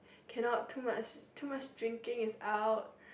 cannot too much too much drinking is out